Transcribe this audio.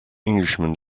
englishman